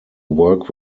work